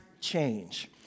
change